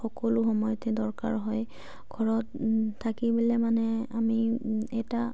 সকলো সময়তে দৰকাৰ হয় ঘৰত থাকি পেলাই মানে আমি এটা